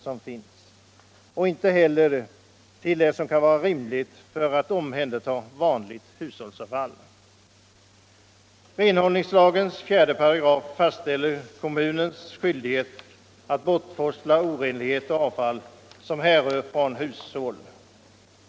Bestämmelserna är inte heller rimliga för omhändertagandet av vanligt hushållsavfall. Renhållningslagens 4 § fastställer kommunens skyldighet att bortforsla orenlighet och avfall som härrör från hushåll.